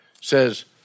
says